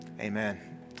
Amen